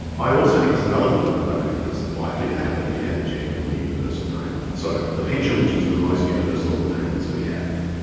i also think there is another political dynamic that is likely to happen if you had a genuinely universal payment. so the pension, which is the most universal of the payments we have,